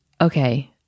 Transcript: Okay